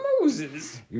Moses